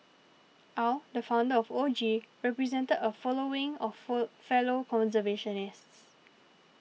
Aw the founder of O G represented a following of for fellow conservationists